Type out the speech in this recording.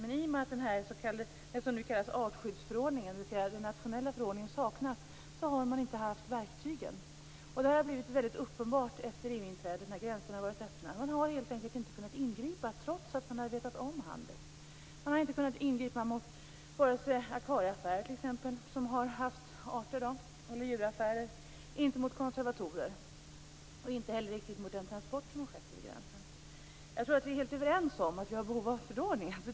Men i och med att det som nu kallas för artskyddsförordningen, dvs. den nationella förordningen, saknas har man inte haft verktygen. Det har blivit mycket uppenbart efter EU-inträdet, då gränserna har varit öppna. Man har helt enkelt inte kunnat ingripa, trots att man har vetat om handeln. Man har inte kunnat ingripa vare sig mot djuraffärer som haft hotade arter eller mot konservatorer och inte heller riktigt mot den transport som har skett över gränsen. Jag tror att vi är helt överens om att vi har behov av förordningen.